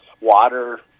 water